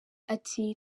ati